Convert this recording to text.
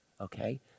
okay